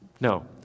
No